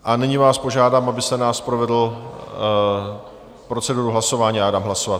A nyní vás požádám, abyste nás provedl procedurou hlasování, a já dám hlasovat.